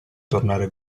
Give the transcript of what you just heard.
tornare